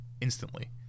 instantly